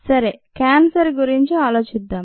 సరే క్యాన్సర్ గురించి ఆలోచిద్దాం